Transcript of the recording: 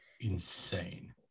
insane